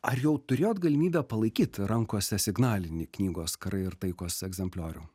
ar jau turėjot galimybę palaikyt rankose signalinį knygos karai ir taikos egzempliorių